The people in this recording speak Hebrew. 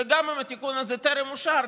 וגם אם התיקון הזה טרם אושר,